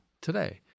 today